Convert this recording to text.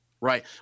Right